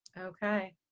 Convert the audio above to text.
Okay